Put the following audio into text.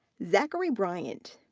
zachary bryant,